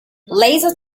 laser